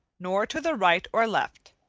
nor to the right or left.